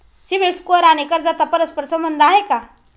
CIBIL score आणि कर्जाचा परस्पर संबंध आहे का?